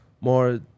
more